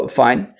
fine